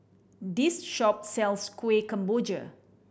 this shop sells Kuih Kemboja